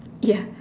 ya